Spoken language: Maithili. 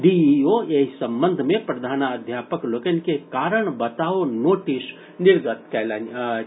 डीईओ एहि संबंध मे प्रधानाध्यापक लोकनि के कारण बताओ नोटिस निर्गत कयलनि अछि